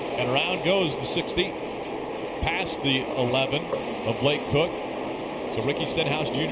and around goes the sixty past the eleven of blake cook. so ricky stenhouse jr.